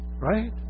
Right